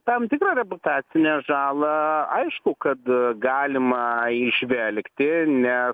tam tikrą reputacinę žalą aišku kad galima įžvelgti nes